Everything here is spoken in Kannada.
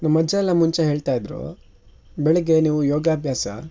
ನಮ್ಮ ಅಜ್ಜ ಎಲ್ಲ ಮುಂಚೆ ಹೇಳ್ತಾ ಇದ್ದರು ಬೆಳಿಗ್ಗೆ ನೀವು ಯೋಗಾಭ್ಯಾಸ